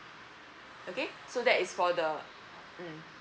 okay so that is for the mm